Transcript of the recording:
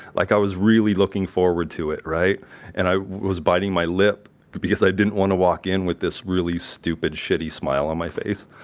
like i was really looking forward to it. and i was biting my lip because i didn't want to walk in with this really stupid, shitty smile on my face.